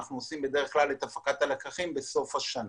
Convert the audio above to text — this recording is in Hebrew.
אנחנו עושים בדרך כלל את הפקת הלקחים בסוף השנה.